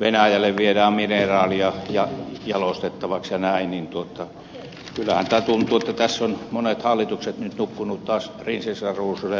venäjälle viedään mineraaleja jalostettavaksi ja näin niin että kyllähän tässä tuntuu siltä että tässä ovat monet hallitukset nyt nukkuneet taas prinsessa ruususen unta